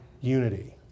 unity